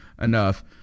enough